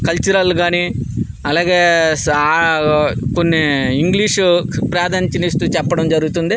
cultural కానీ అలాగే ఆ కొన్ని ఇంగ్లీష్ ప్రాధాన్యతను ఇస్తూ చెప్పడం జరుగుతుంది